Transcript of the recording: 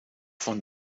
vond